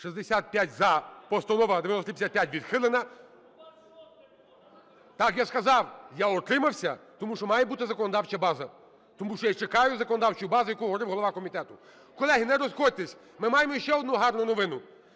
За-65 Постанова 9355 відхилена. (Шум у залі) Так, я сказав: я утримався, тому що має бути законодавча база, тому що я чекаю законодавчу базу, про яку говорив голова комітету. Колеги, не розходьтесь, ми маємо ще одну гарну новину.